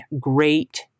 great